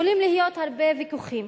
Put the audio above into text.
יכולים להיות הרבה ויכוחים,